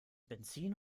benzin